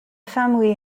family